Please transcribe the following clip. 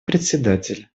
председатель